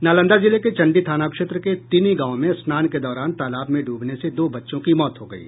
नालंदा जिले के चंडी थाना क्षेत्र के तिनि गांव में स्नान के दौरान तालाब में डूबने से दो बच्चों की मौत हो गयी